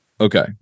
Okay